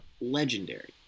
legendary